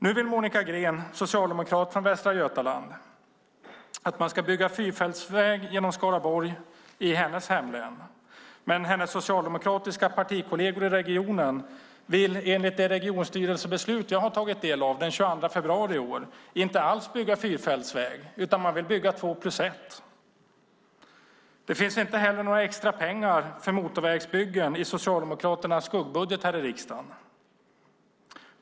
Nu vill Monica Green, socialdemokrat från Västra Götaland, att man ska bygga fyrfältsväg genom Skaraborg i hennes hemlän. Men hennes socialdemokratiska partikolleger i regionen vill, enligt det regionstyrelse beslut jag har tagit del av från den 22 februari i år, inte alls bygga fyrfältsväg, utan man vill bygga två-plus-ett-väg. Det finns inte heller några extra pengar för motorvägsbyggen i Socialdemokraternas skuggbudget här i riksdagen.